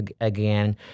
again